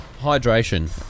Hydration